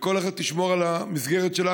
וכל אחת תשמור על המסגרת שלה,